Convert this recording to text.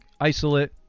isolate